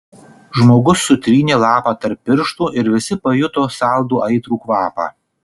žmogus sutrynė lapą tarp pirštų ir visi pajuto saldų aitrų kvapą